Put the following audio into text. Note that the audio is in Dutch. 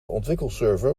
ontwikkelserver